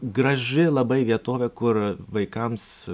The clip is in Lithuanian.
graži labai vietovė kur vaikams